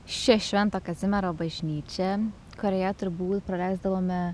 ši švento kazimiero bažnyčia kurioje turbūt praleisdavome